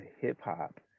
hip-hop